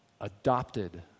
Adopted